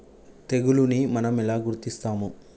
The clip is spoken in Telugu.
తెగులుని మనం ఎలా గుర్తిస్తాము?